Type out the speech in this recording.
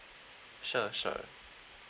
sure sure